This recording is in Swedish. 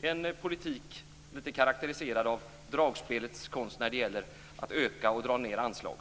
Det är en politik som karakteriseras av dragspelets konst när det gäller att öka och dra ned anslag.